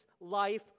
life